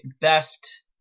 best